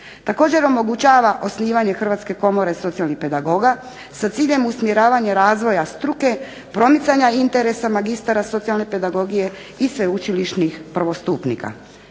Također omogućava osnivanje Hrvatske komore socijalnih pedagoga, sa ciljem usmjeravanja razvoja struke, promicanja interesa magistara socijalne pedagogije i sveučilišnih prvostupnika.